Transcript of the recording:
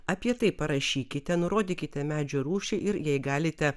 apie tai parašykite nurodykite medžio rūšį ir jei galite